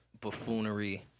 buffoonery